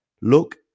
Look